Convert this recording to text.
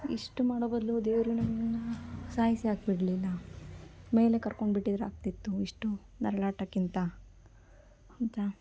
ಇಷ್ಟು ಮಾಡೋ ಬದಲು ದೇವರು ನಮ್ಮನ್ನು ಸಾಯಿಸಿಯಾಕ್ಬಿಡ್ಲಿಲ್ಲ ಮೇಲೆ ಕರ್ಕೊಂಡ್ಬಿಟ್ಟಿದ್ರ್ ಆಗ್ತಿತ್ತು ಇಷ್ಟು ನರಳಾಟಕ್ಕಿಂತ ಅಂತ